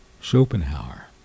Schopenhauer